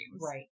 Right